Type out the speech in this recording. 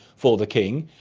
for the king.